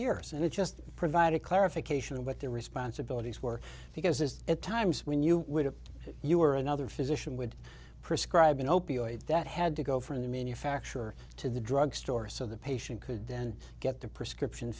years and it just provided clarification of what their responsibilities were because it's at times when you would have you or another physician would prescribe an opioid that had to go from the manufacturer to the drugstore so the patient could then get the prescription